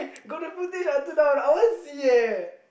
eh got the footage until now or not I want see eh